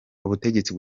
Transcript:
ubutegetsi